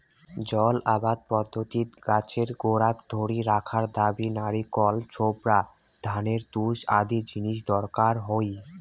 জল আবাদ পদ্ধতিত গছের গোড়াক ধরি রাখার বাদি নারিকল ছোবড়া, ধানের তুষ আদি জিনিস দরকার হই